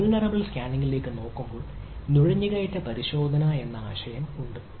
vulnerable സ്കാനിംഗിലേക്ക് നോക്കുമ്പോൾ നുഴഞ്ഞുകയറ്റ പരിശോധന എന്ന ആശയം ഉണ്ട്